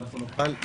לא ארשה לך.